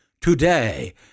Today